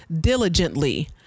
diligently